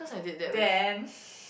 then